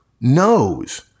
knows